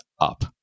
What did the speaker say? up